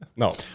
No